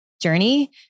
journey